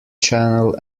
channel